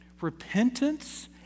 Repentance